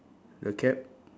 her cap